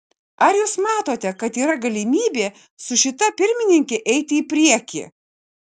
ar jūs matote kad yra galimybė su šita pirmininke eiti į priekį